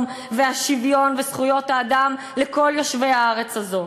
והשוויון וזכויות האדם לכל יושבי הארץ הזאת.